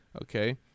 Okay